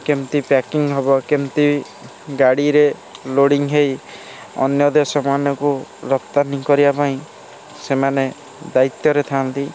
କେମିତି ପ୍ୟାକିଙ୍ଗ୍ ହେବ କେମିତି ଗାଡ଼ିରେ ଲୋଡ଼ିଙ୍ଗ୍ ହେଇ ଅନ୍ୟ ଦେଶ ମାନଙ୍କୁ ରପ୍ତାନି କରିବାପାଇଁ ସେମାନେ ଦାୟିତ୍ୱରେ ଥାନ୍ତି